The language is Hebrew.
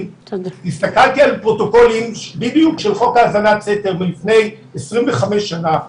הסתכלתי על פרוטוקולים של חוק האזנת סתר מלפני 25 שנים.